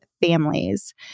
Families